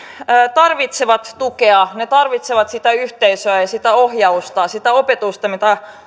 tarvitsevat tukea he tarvitsevat sitä yhteisöä ja sitä ohjausta sitä opetusta mitä